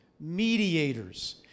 mediators